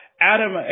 Adam